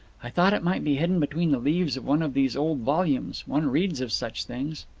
i thought it might be hidden between the leaves of one of these old volumes. one reads of such things.